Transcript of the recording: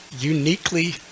uniquely